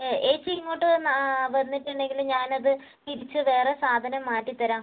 ചേച്ചി ഇങ്ങോട്ട് വന്നാൽ വന്നിട്ടുണ്ടെങ്കിൽ ഞാൻ അത് തിരിച്ച് വേറെ സാധനം മാറ്റിത്തരാം